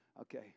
Okay